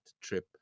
trip